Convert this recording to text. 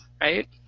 right